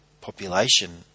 population